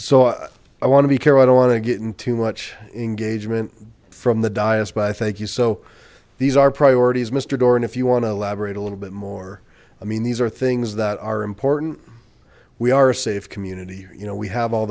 so i i want to be care i don't want to get in too much engagement from the dyess but i thank you so these are priorities mr doran if you want to elaborate a little bit more i mean these are things that are important we are a safe community you know we have all